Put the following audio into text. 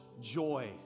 joy